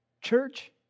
church